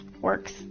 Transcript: Works